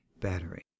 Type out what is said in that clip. battery